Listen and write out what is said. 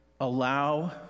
allow